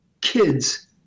kids